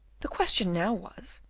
the question now was,